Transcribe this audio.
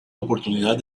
oportunidad